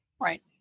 Right